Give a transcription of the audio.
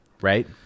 Right